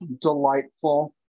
delightful